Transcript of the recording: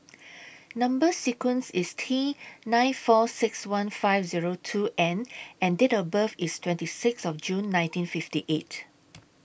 Number sequence IS T nine four six one five Zero two N and Date of birth IS twenty six of June nineteen fifty eight